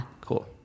Cool